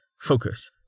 Focus